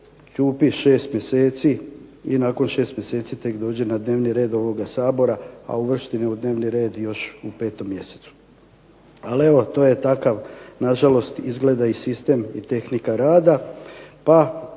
ćupi 6 mjeseci i nakon 6 mjeseci tek dođe na dnevni red ovoga Sabora, a uvršten je dnevni red još u 5. mjesecu. Ali, evo to je takav nažalost izgleda i sistem i tehnika rada